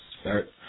start